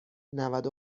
نود